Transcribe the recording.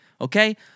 okay